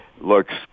looks